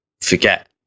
Forget